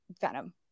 Venom